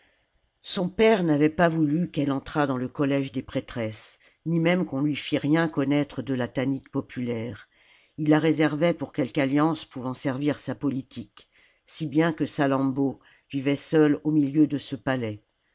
son père n'avait pas voulu qu'elle entrât dans le collège des prêtresses ni même qu'on lui fît rien connaître de la tanit populaire ii la réservait pour quelque alliance pouvant servir sa politique si bien que salammbô vivait seule au milieu de ce palais